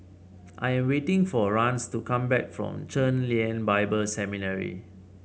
I am waiting for Rance to come back from Chen Lien Bible Seminary